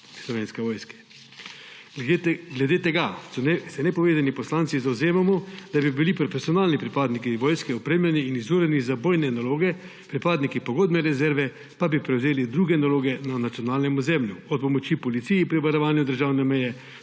Slovenske vojske. Glede tega se nepovezani poslanci zavzemamo, da bi bili profesionalni pripadniki vojske opremljeni in izurjeni za bojne naloge, pripadniki pogodbene rezerve pa bi prevzeli druge naloge na nacionalnem ozemlju, pomoč policiji pri varovanju državne meje,